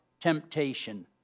temptation